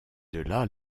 delà